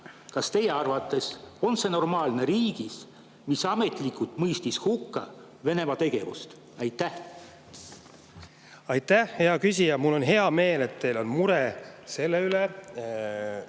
Kas teie arvates on see normaalne riigis, mis ametlikult mõistis hukka Venemaa tegevuse? Aitäh, hea küsija! Mul on hea meel, et teil on mure selle